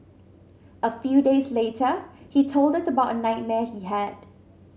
a few days later he told us about a nightmare he had